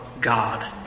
God